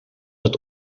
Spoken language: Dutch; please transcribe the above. het